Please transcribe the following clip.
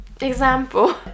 example